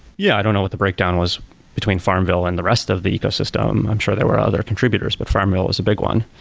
yeah. i don't know what the breakdown was between farmville and the rest of the ecosystem. i'm sure there were other contributors, but farmville was a big one.